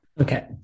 Okay